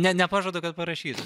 ne nepažadu kad parašysiu